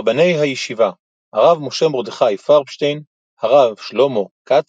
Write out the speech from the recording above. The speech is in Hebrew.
ראשי הישיבה הרב משה מרדכי פרבשטיין, הרב שלמה כץ,